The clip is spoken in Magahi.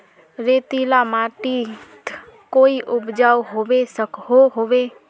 रेतीला माटित कोई उपजाऊ होबे सकोहो होबे?